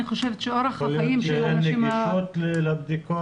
אני חושבת שאורח החיים של הנשים ה- -- יכול להיות שאין נגישות לבדיקות?